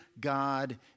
God